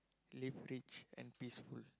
live rich and peaceful